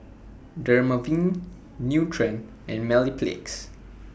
Dermaveen Nutren and